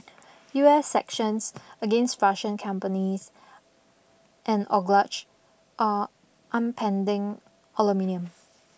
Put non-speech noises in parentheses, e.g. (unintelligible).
U S sections against Russian companies and (unintelligible) are (unintelligible) aluminium